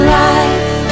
life